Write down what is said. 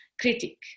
critic